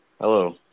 Hello